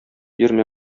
йөрмә